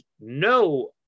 no